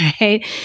Right